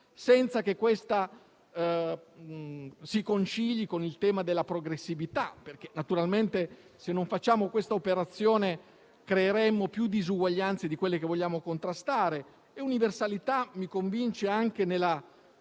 senza che questa si concili con il tema della progressività perché naturalmente, non facendo questa operazione, creeremo più disuguaglianze di quelle che vogliamo contrastare.